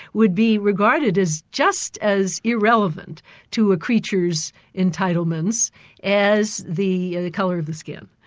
would be regarded as just as irrelevant to a creature's entitlements as the the colour of the skin.